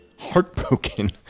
heartbroken